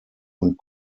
und